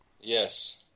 Yes